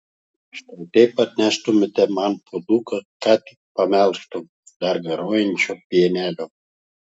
štai taip atneštumėte man puoduką ką tik pamelžto dar garuojančio pienelio